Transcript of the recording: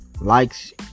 Likes